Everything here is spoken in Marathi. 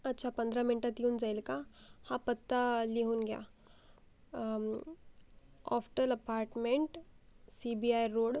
अच्छा पंधरा मिनटात येऊन जाईल का हा पत्ता लिहून ग्या ऑफ्टल अपार्टमेंट सीबीआय रोड